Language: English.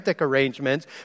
Arrangements